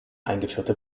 eingeführte